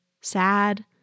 Sad